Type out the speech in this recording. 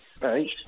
right